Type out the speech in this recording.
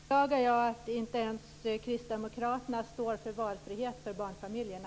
Herr talman! Jag beklagar att inte ens Kristdemokraterna står för valfrihet för barnfamiljerna.